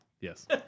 Yes